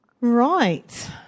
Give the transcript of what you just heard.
Right